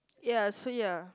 ya so ya